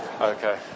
Okay